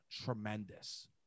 tremendous